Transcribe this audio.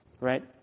right